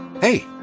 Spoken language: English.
Hey